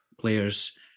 players